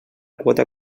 quota